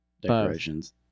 Decorations